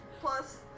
plus